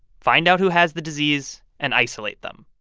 find out who has the disease, and isolate them.